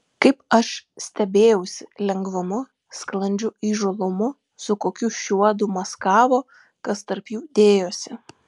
kaip aš stebėjausi lengvumu sklandžiu įžūlumu su kokiu šiuodu maskavo kas tarp jų dėjosi